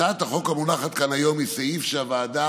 הצעת החוק המונחת כאן היום היא סעיף שהוועדה